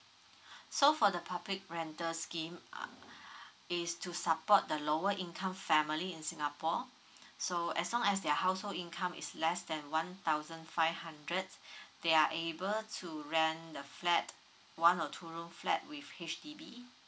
so for the public rental scheme uh is to support the lower income family in singapore so as long as their household income is less than one thousand five hundred they are able to rent the flat one or two room flat with H_D_B